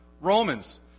Romans